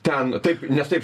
ten taip nes taip